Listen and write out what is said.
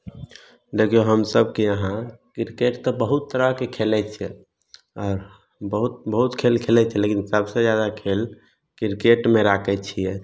देखियौ हमसबके यहाँ क्रिकेट तऽ बहुत तरहके खेलै छियै बहुत बहुत खेल खेलै छलै लेकिन सबसे जादा खेल क्रिकेटमे राखै छियै